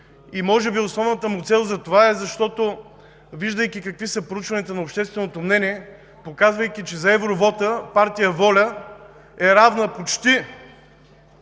Може би е основната му цел, защото, виждайки какви са проучванията на общественото мнение, показвайки, че за евровота партия ВОЛЯ е равна почти